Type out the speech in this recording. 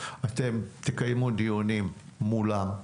אתם תקיימו דיונים מולם,